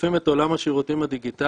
דוחפים את עולם השירותים הדיגיטליים